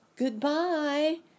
Goodbye